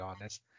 honest